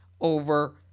over